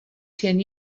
ten